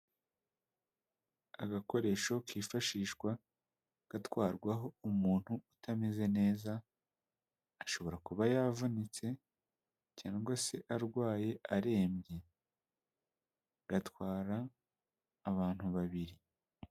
Agakoresho kifashishwa gatwarwaho umuntu utameze neza ashobora kuba yavunitse cyangwa se arwaye arembye gatwara abantu babiri.